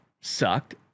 sucked